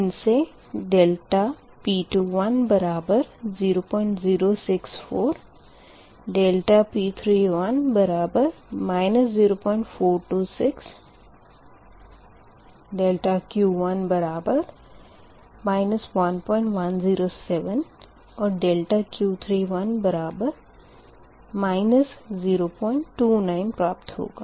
इन से ∆P2 बराबर 0064 ∆P3 बराबर 0426 ∆Q2 बराबर 1107 और ∆Q3 बराबर 029 प्राप्त होगा